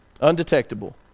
Undetectable